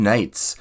Nights